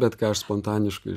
bet ką aš spontaniškai